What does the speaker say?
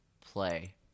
play